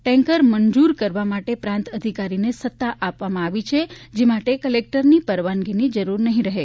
tanker મંજુર કરવા માટે પ્રાંત અધિકારીને સત્તા આપવામાં આવી છે જે માટે કલેક્ટરશ્રીની પરવાનગીની જરુર નહી રહે